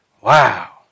Wow